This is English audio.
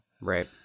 Right